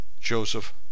Joseph